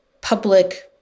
public